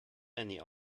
many